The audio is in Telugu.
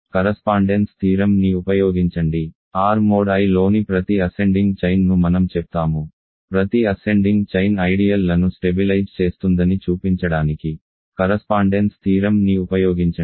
కరస్పాండెన్స్ థీరం ని ఉపయోగించండి R mod Iలోని ప్రతి అసెండింగ్ చైన్ ను మనం చెప్తాము ప్రతి అసెండింగ్ చైన్ ఐడియల్లను స్టెబిలైజ్ చేస్తుందని చూపించడానికి కరస్పాండెన్స్ థీరం ని ఉపయోగించండి